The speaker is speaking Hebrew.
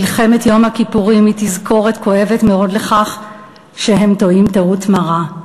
מלחמת יום הכיפורים היא תזכורת כואבת מאוד לכך שהם טועים טעות מרה,